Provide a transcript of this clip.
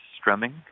strumming